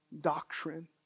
doctrine